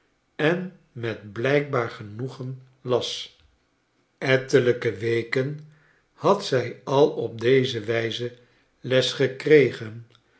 en met blijkbaar genoegen las ettelijke weken had zij al op deze wijze les gekregen